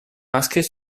inscrit